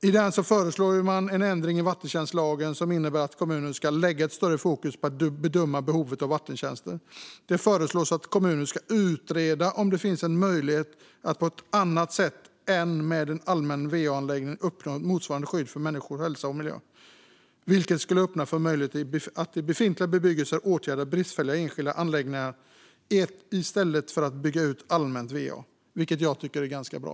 I propositionen föreslår man en ändring i vattentjänstlagen som innebär att kommuner ska lägga ett större fokus på att bedöma behovet av vattentjänster. Det föreslås att kommuner ska utreda om det finns en möjlighet att på ett annat sätt än med en allmän va-anläggning uppnå ett motsvarande skydd för människors hälsa och miljö, vilket skulle öppna en möjlighet att i befintlig bebyggelse åtgärda bristfälliga enskilda anläggningar i stället för att bygga ut allmänt va. Detta tycker jag är ganska bra.